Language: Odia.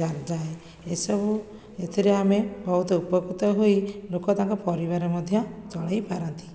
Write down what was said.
ଯା ଯାଏ ଏସବୁ ଏଥିରେ ଆମେ ବହୁତ ଉପକୃତ ହୋଇ ଲୋକ ତାଙ୍କ ପରିବାର ମଧ୍ୟ ଚଳେଇ ପାରନ୍ତି